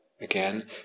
again